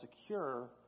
secure